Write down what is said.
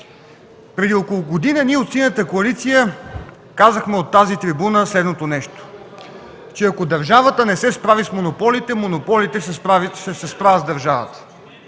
Преди около година ние от Синята коалиция казахме от тази трибуна, че ако държавата не се справи с монополите, монополите ще се справят с държавата.